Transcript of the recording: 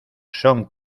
son